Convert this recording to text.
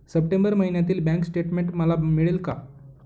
September महिन्यातील bank statement मला मिळेल का?